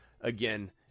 again